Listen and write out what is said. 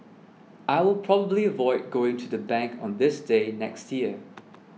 I will probably avoid going to the bank on this day next year